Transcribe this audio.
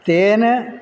ചേന